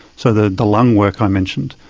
so the the lung work i mentioned,